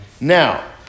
Now